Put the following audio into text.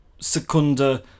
secunda